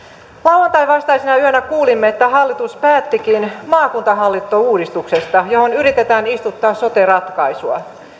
lauantain vastaisena yönä kuulimme että hallitus päättikin maakuntahallintouudistuksesta johon yritetään istuttaa sote ratkaisua